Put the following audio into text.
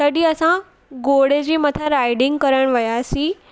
तॾहिं असां घोड़े जे मथां राइडिंग करणु वियासीं